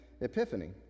Epiphany